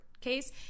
case